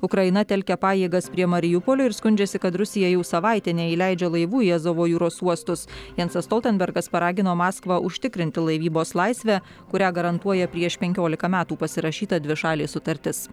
ukraina telkia pajėgas prie mariupolio ir skundžiasi kad rusija jau savaitę neįleidžia laivų į azovo jūros uostus jensas stoltenbergas paragino maskvą užtikrinti laivybos laisvę kurią garantuoja prieš penkiolika metų pasirašyta dvišalė sutartis